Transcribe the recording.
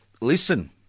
listen